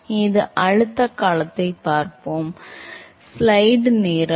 எனவே இப்போது அழுத்தம் காலத்தைப் பார்ப்போம்